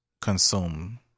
Consume